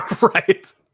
right